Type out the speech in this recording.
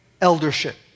eldership